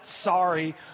sorry